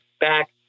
back